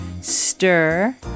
Stir